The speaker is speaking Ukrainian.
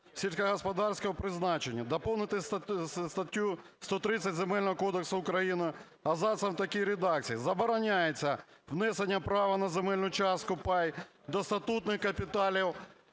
сільськогосподарського призначення". Доповнити статтю 130 Земельного кодексу України абзацом в такій редакції: "Забороняється внесення права на земельну частку (пай) до статутних капіталів